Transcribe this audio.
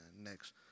next